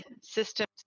systems